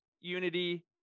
unity